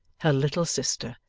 her little sister,